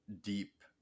deep